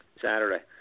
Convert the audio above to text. Saturday